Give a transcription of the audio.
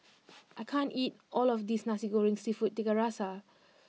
I can't eat all of this Nasi Goreng Seafood Tiga Rasa